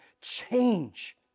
change